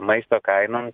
maisto kainom